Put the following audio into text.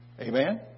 Amen